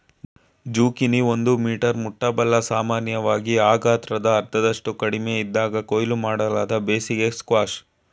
zucchini ಒಂದು metre ಮುಟ್ಟಬಲ್ಲ ಸಾಮಾನ್ಯವಾಗಿ ಆ ಗಾತ್ರದ ಅರ್ಧದಷ್ಟು ಕಡಿಮೆಯಿದ್ದಾಗ ಕೊಯ್ಲು ಮಾಡಲಾದ ಬೇಸಿಗೆ ಸ್ಕ್ವಾಷ್